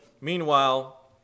meanwhile